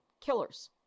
killers